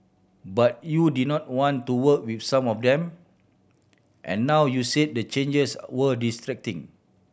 but you did not want to work with some of them and now you've said the changes were distracting